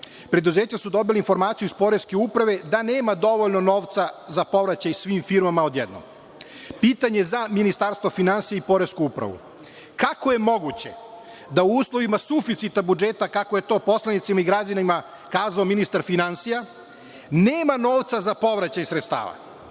Preduzeća su dobila informaciju iz poreske uprave da nema dovoljno novca za povraćaj svim firmama odjednom. Pitanje za Ministarstvo finansija i poresku upravu – kako je moguće da u uslovima suficita budžeta, kako je to poslanicima i građanima kazao ministar finansija, nema novca za povraćaj sredstava?